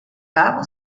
cabo